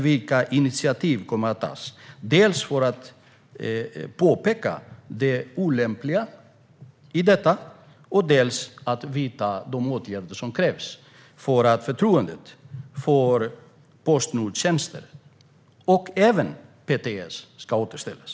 Vilka initiativ kommer att tas för att påpeka det olämpliga i detta? Det handlar också om att vidta de åtgärder som krävs för att förtroendet för Postnord och även PTS ska återställas.